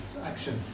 action